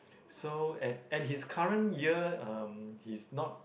so at at his current year um he's not